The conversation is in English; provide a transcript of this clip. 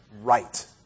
right